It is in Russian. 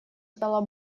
стало